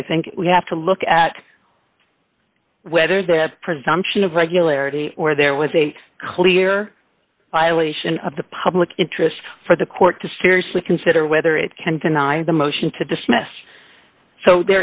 d i think we have to look at whether the presumption of regularity or there was a clear violation of the public interest for the court to seriously consider whether it can deny the motion to dismiss so